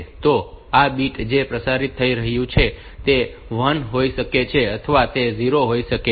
તો આ બીટ જે પ્રસારિત થઈ રહ્યું છે તે 1 હોઈ શકે છે અથવા તે 0 હોઈ શકે છે